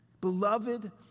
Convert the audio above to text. beloved